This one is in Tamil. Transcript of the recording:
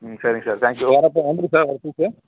ம் சரிங்க சார் தேங்க்யூ வர்றப்ப வந்துடுங்க சார் வர்ற டுயூஸ்டே